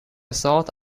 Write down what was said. thought